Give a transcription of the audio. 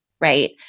right